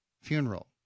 funeral